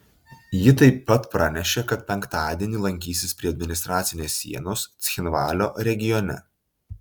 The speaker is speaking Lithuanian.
ji taip pat pranešė kad penktadienį lankysis prie administracinės sienos cchinvalio regione